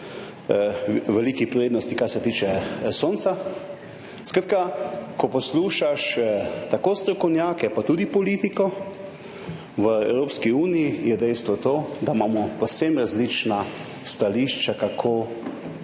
veliki prednosti, kar se tiče sonca. Skratka, ko poslušaš tako strokovnjake kot tudi politiko v Evropski uniji, je dejstvo, da imamo povsem različna stališča, kako